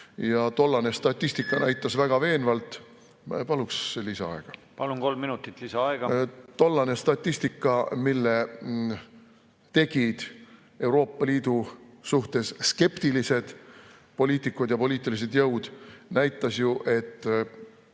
Ja tollane statistika näitas väga veenvalt ... Paluks lisaaega. Palun! Kolm minutit lisaaega. Palun! Kolm minutit lisaaega. Tollane statistika, mille tegid Euroopa Liidu suhtes skeptilised poliitikud ja poliitilised jõud, näitas ju, et